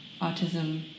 autism